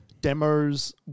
Demos